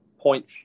point